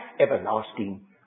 everlasting